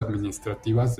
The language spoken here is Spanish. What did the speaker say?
administrativas